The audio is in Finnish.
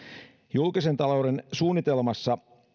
julkisen talouden suunnitelmassa